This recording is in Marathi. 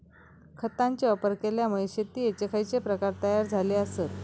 खतांचे वापर केल्यामुळे शेतीयेचे खैचे प्रकार तयार झाले आसत?